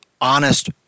honest